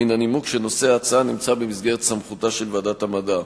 מן הנימוק שנושא ההצעה נמצא במסגרת סמכותה של ועדת המדע.